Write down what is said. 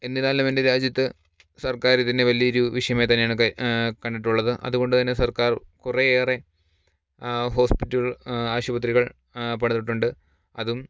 എന്നിരുന്നാലും എൻ്റെ രാജ്യത്ത് സർക്കാർ ഇതിന് വലിയ ഒരു വിഷയമായി തന്നെയാണ് കണ്ടിട്ടുള്ളത് അതുകൊണ്ട് തന്നെ സർക്കാർ കുറേയേറെ ഹോസ്പിറ്റലുകൾ ആശുപത്രികൾ പണിതിട്ടുണ്ട് അതും